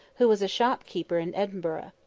who was a shop-keeper in edinburgh.